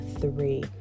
three